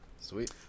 Sweet